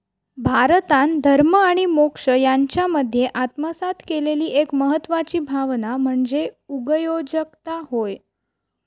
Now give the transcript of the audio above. भारतान धर्म आणि मोक्ष यांच्यामध्ये आत्मसात केलेली एक महत्वाची भावना म्हणजे उगयोजकता होय